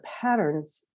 patterns